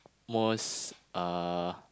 most uh